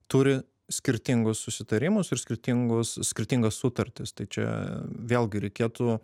turi skirtingus susitarimus ir skirtingus skirtingas sutartis tai čia vėlgi reikėtų